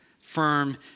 firm